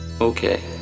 Okay